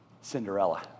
Cinderella